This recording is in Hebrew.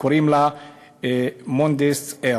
קוראים לה Mondes Air,